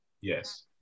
Yes